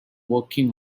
working